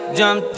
jump